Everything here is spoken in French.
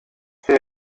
ces